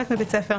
בחלק מבית ספר,